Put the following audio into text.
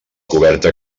coberta